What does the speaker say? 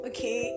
Okay